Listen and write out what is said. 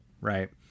Right